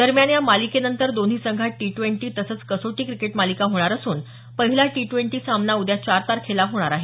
दरम्यान या मालिकेनंतर दोन्ही संघात टी ट्वेंटी तसंच कसोटी क्रिकेट मालिका होणार असून पहिला टी ड्वेंटी सामना उद्या चार तारखेला होणार आहे